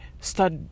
start